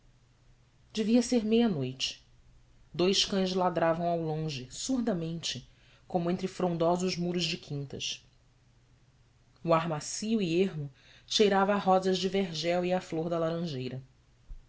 devia ser meia-noite dous cães ladravam ao longe surdamente como entre frondosos muros de quintas o ar macio e ermo cheirava a rosas de vergel e à flor da laranjeira